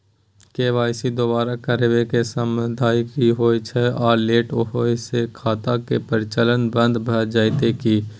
KYC दोबारा करबै के समयावधि की होय छै आ लेट होय स खाता के परिचालन बन्द भ जेतै की?